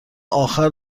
آخر